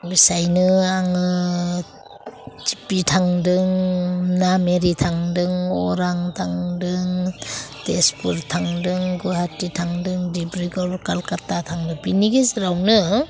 बिसायनो आङो बिथांजों नामेरि थांदों अरां थांदों तेजपुर थांदों गुहादि थांदों डिब्रुगर कलकाता थांदो बिनि गेजेरावनो